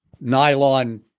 nylon